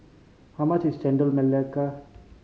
how much is Chendol Melaka